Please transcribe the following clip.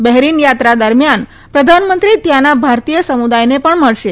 Bahrain યાત્રા દરમિયાન પ્રધાનમંત્રી ત્યાંના ભારતીય સમુદાયને પણ મળશે